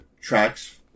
tracks